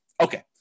Okay